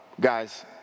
guys